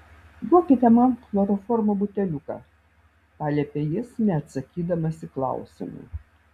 duokite man chloroformo buteliuką paliepė jis neatsakydamas į klausimą